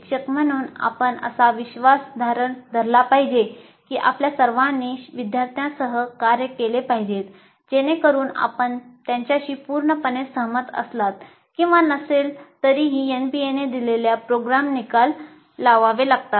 एक शिक्षक म्हणून आपण असा विश्वास धरला पाहिजे की आपल्या सर्वांनी विद्यार्थ्यांसह कार्य केले पाहिजे जेणेकरुन आपण त्यांच्याशी पूर्णपणे सहमत असलात किंवा नसले तरीही एनबीएने दिलेल्या प्रोग्राम निकाल लावावेत